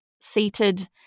seated